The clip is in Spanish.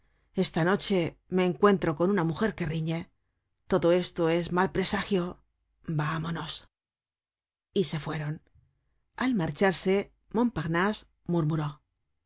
esta noche me encuentro con una mujer que riñe todo esto es mal presagio vamonos y se fueron al marcharse montparnase